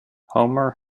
homer